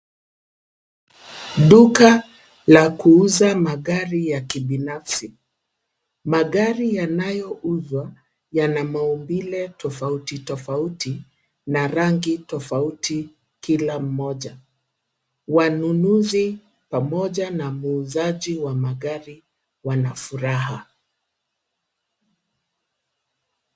Duka la kuuza magari ya kibinafsi, magari yanayouzwa yana maumbile tofauti tofauti na rangi tofauti kila mmoja. Wanunuzi pamoja na muuzaji wa magari wana furaha.